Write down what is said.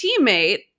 teammate